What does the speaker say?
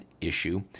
issue